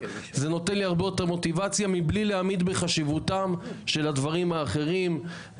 מה שחשוב לקדם זה קודם כל להוציא את כל הנשקים